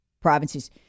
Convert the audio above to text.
provinces